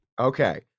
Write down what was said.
Okay